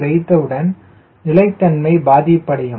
c வைத்தவுடன் நிலைத்தன்மை பாதிப்படையும்